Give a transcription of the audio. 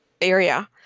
area